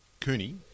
Cooney